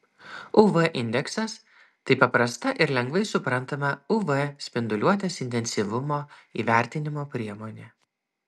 uv indeksas tai paprasta ir lengvai suprantama uv spinduliuotės intensyvumo įvertinimo priemonė